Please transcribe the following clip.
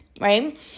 right